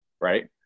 right